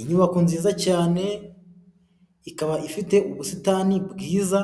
Inyubako nziza cyane ikaba ifite ubusitani bwiza